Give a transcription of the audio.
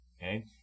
okay